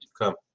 come